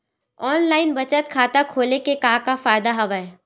online बचत खाता खोले के का का फ़ायदा हवय